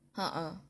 !huh! uh